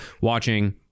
watching